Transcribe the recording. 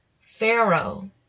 Pharaoh